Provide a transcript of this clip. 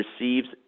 receives